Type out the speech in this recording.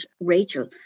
Rachel